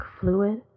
fluid